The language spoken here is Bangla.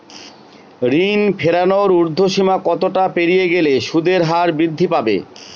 ঋণ ফেরানোর উর্ধ্বসীমা কতটা পেরিয়ে গেলে সুদের হার বৃদ্ধি পাবে?